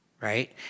right